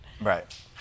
Right